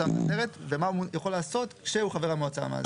המאסדרת ומה הוא יכול לעשות כשהוא חבר המועצה המאסדרת.